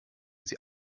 sie